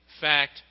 fact